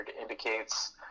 indicates